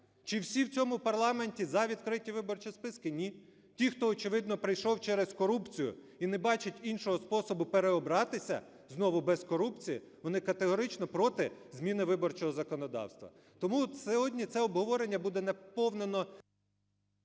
Чи всі в цьому парламенті за відкриті виборчі списки? Ні. Ті, хто, очевидно, прийшов через корупцію і не бачить іншого способу переобратися знову без корупції, вони категорично проти зміни виборчого законодавства. Тому сьогодні це обговорення буде наповнено…